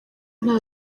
nta